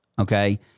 okay